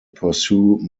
pursue